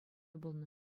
пулнӑ